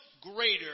greater